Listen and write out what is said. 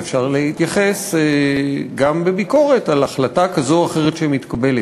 ואפשר להתייחס גם בביקורת על החלטה כזאת או אחרת שמתקבלת.